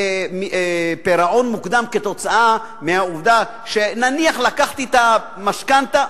מדובר בפירעון מוקדם כתוצאה מהעובדה שנניח לקחתי את המשכנתה,